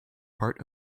part